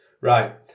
right